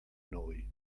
noi